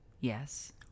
Yes